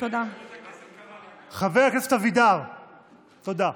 חבר הכנסת אבידר, תודה.